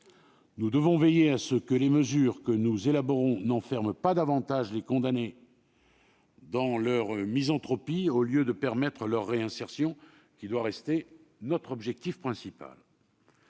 Nous devons veiller à ce que les mesures que nous élaborons n'enferment pas davantage les condamnés dans leur misanthropie au lieu de permettre leur réinsertion, laquelle doit rester notre objectif principal.